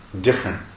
different